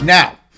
Now